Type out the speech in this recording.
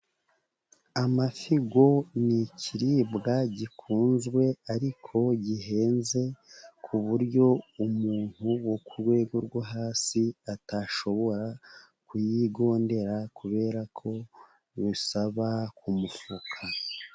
Amafi yo ni ikiribwa gikunzwe ariko gihenze, ku buryo umuntu wo ku rwego rwo hasi atashobora kuyigondera, kubera ko bimusaba ku mufuka.